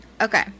okay